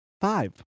Five